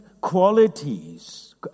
qualities